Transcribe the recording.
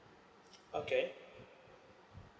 okay